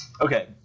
okay